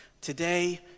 Today